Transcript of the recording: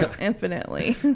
infinitely